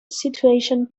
situation